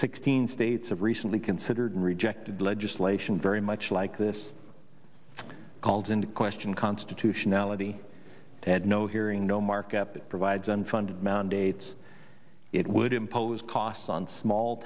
sixteen states have recently considered and rejected legislation very much like this calls into question constitutionality and no hearing no markup that provides unfunded mandates it would impose costs on small